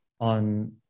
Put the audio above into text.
on